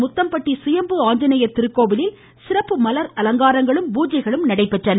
முத்தம்பட்டி சுயம்பு ஆஞ்சநேயர் திருக்கோவிலில் சிறப்பு மலர் அலங்காரங்களும் பூஜைகளும் நடைபெற்றன